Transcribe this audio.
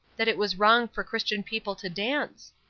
that it was wrong for christian people to dance?